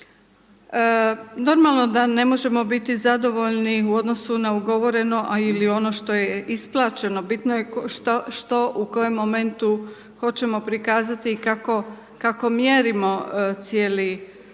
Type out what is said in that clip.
Normalno da ne možemo biti zadovoljni u odnosu na ugovoreno a ili ono što je isplaćeno bitno je što u kojem momentu hoćemo prikazati i kako mjerimo cijeli